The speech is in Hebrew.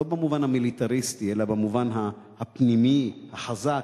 לא במובן המיליטריסטי אלא במובן הפנימי, החזק,